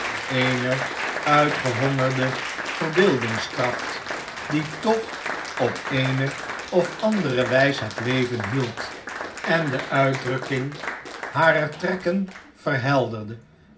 eene uitgehongerde verbeeldingskracht die toch op eene of andere wijs het levenhield en de uitdrukking harer trekken verhelderde